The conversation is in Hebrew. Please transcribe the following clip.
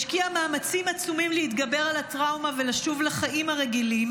השקיעה מאמצים עצומים להתגבר על הטראומה ולשוב לחיים הרגילים.